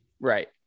Right